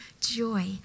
joy